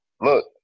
look